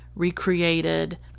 recreated